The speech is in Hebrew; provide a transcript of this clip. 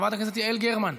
חברת הכנסת יעל גרמן,